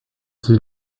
sie